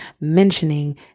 mentioning